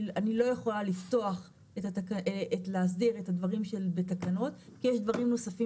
אני לא יכולה להסדיר את הדברים שבתקנות כי יש דברים נוספים